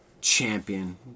champion